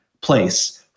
place